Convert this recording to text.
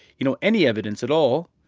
you know, any evidence at all.